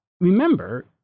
remember